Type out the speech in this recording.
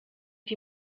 die